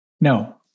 No